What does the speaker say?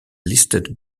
listed